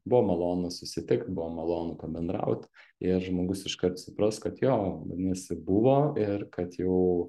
buvo malonu susitikt buvo malonu pabendraut ir žmogus iškart supras kad jo vadinasi buvo ir kad jau